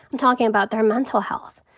i'm talking about their mental health,